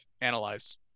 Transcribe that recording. analyze